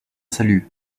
salut